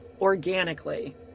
organically